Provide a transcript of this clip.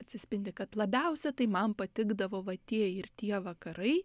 atsispindi kad labiausia tai man patikdavo va tie ir tie vakarai